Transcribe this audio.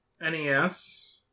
NES